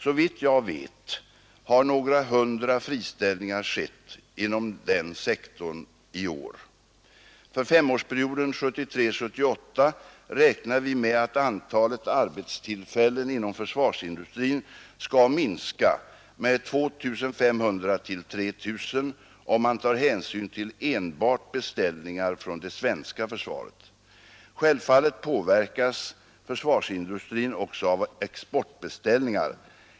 Såvitt jag vet har några hundra friställningar skett inom den sektorn under 1972. För femårsperioden 1973-1978 räknar vi med att antalet arbetstillfällen inom försvarsindustrin skall minska med 2 500—3 000 om man tar hänsyn till enbart beställningar från det svenska försvaret Självfallet påverkas försvarsindustrin också av exportbeställningar.